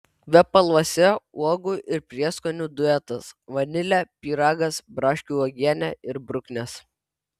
kvepaluose uogų ir prieskonių duetas vanilė pyragas braškių uogienė ir bruknės